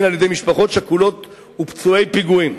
על-ידי משפחות שכולות ופצועי פיגועים.